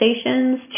stations